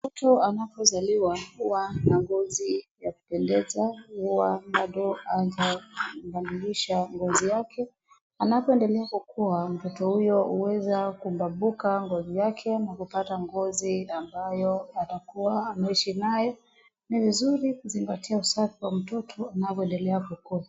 Mtu anapozaliwa huwa na ngozi ya kupendeza huwa bado hajabadilisha ngozi yake anapoendela kukua mtoto huyo huweza kubambuka ngozi yake na kupata ngozi ambayo atakuwa ameishi nayo. Ni vizuri kuzingatia usafi wa mtoto anapoendelea kukua.